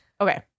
okay